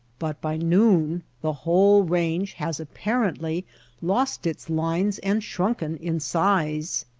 but by noon the whole range has apparently lost its lines and shrunken in size.